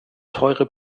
teure